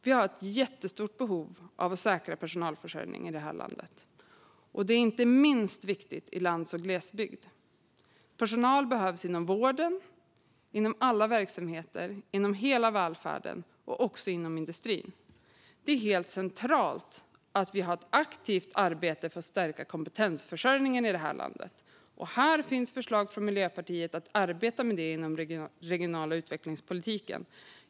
Det finns ett jättestort behov av att säkra personalförsörjningen i landet. Det är inte minst viktigt i lands och glesbygd. Personal behövs inom vården, inom alla verksamheter, inom hela välfärden och inom industrin. Det är helt centralt att vi har ett aktivt arbete för att stärka kompetensförsörjningen i landet. Från Miljöpartiet finns förslag för att arbeta med det inom den regionala utvecklingspolitiken.